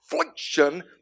affliction